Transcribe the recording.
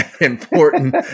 important